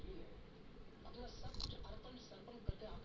peer to peer lending में एक network के माध्यम से लोन लेवल जाला